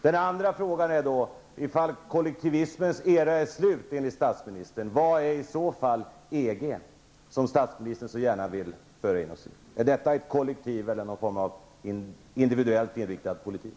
Den andra frågan är: Ifall kollektivismens era är slut, vad är i så fall EG, som statsministern så gärna vill föra in oss i? Är det något slags kollektiv, eller är det uttryck för en mera individuellt inriktad politik?